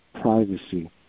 privacy